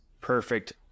perfect